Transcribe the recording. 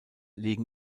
legen